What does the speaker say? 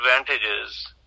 advantages